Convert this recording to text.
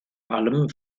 allem